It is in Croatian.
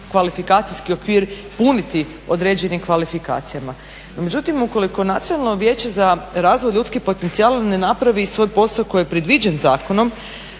kvalifikacijski okvir puniti određenim kvalifikacijama. No međutim, ukoliko Nacionalno vijeće za razvoj ljudskih potencijala ne napravi svoj posao koji je predviđen zakonom